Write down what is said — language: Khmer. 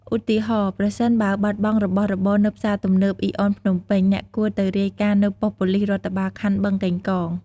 ឧទាហរណ៍៖ ប្រសិនបើបាត់បង់របស់របរនៅផ្សារទំនើប អុីអន ភ្នំពេញ អ្នកគួរទៅរាយការណ៍នៅប៉ុស្តិ៍ប៉ូលិសរដ្ឋបាលខណ្ឌបឹងកេងកង។